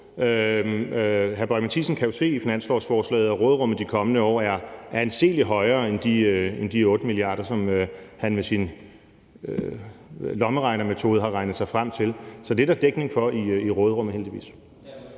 Lars Boje Mathiesen kan jo se i finanslovsforslaget, at råderummet i de kommende år er anselig højere end de 8 mia. kr., som han med sin lommeregnermetode har regnet sig frem til. Så det er der dækning for i råderummet, heldigvis.